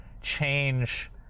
change